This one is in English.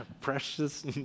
precious